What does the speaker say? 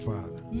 Father